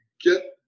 get